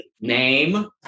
Name